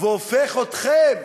והופך אתכם,